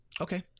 Okay